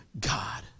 God